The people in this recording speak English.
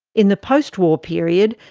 in the post-war period,